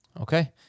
Okay